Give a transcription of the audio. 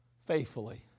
faithfully